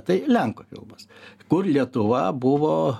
tai lenkų filmas kur lietuva buvo